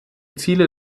ziele